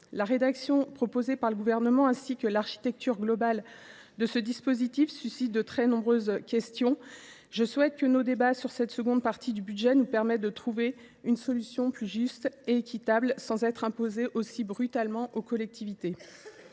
La rédaction proposée par le Gouvernement et l’architecture globale de ce dispositif posent de très nombreuses questions. Je souhaite que nos débats sur cette seconde partie du projet de budget nous permettent de trouver une solution plus juste et équitable, qui ne soit pas imposée aussi brutalement aux collectivités.